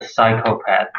psychopath